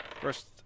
First